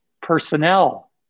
personnel